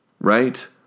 Right